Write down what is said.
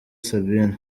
sabine